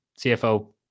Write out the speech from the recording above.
CFO